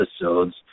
episodes